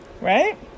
Right